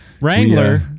Wrangler